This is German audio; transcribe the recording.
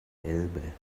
elbe